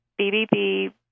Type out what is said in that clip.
bbb